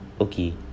okay